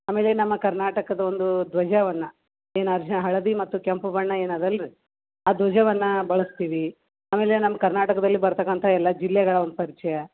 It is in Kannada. ಆಮೇಲೆ ನಮ್ಮ ಕರ್ನಾಟಕದ ಒಂದು ಧ್ವಜವನ್ನು ಏನು ಅದನ್ನ ಹಳದಿ ಮತ್ತು ಕೆಂಪು ಬಣ್ಣ ಏನು ಅದಲ್ಲ ರೀ ಆ ಧ್ವಜವನ್ನು ಬಳಸ್ತೀವಿ ಆಮೇಲೆ ನಮ್ಮ ಕರ್ನಾಟಕದಲ್ಲಿ ಬರತಕ್ಕಂಥ ಎಲ್ಲ ಜಿಲ್ಲೆಗಳ ಒಂದು ಪರಿಚಯ